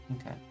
Okay